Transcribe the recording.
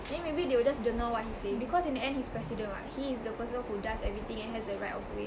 then maybe they will just dengar what he say because in the end he's president [what] he is the person who does everything and has the right of way